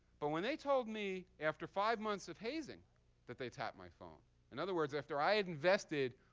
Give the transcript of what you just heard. but when they told me after five months of hazing that they tapped my phone in other words, after i had invested